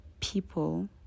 people